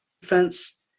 defense